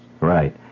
Right